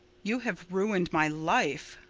you have ruined my life,